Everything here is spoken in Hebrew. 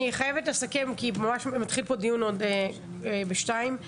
אני חייבת לסכם כי ממש מתחיל פה דיון אחר ב-14:00.